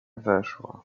weszła